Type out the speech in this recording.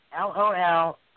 LOL